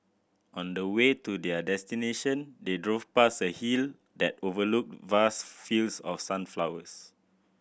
on the way to their destination they drove past a hill that overlooked vast fields of sunflowers